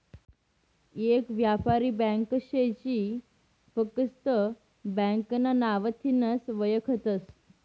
येक यापारी ब्यांक शे जी फकस्त ब्यांकना नावथीनच वयखतस